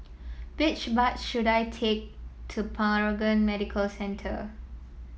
which bus should I take to Paragon Medical Centre